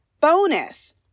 bonus